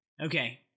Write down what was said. Okay